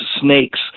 snakes